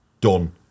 done